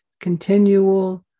continual